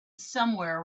somewhere